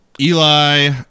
Eli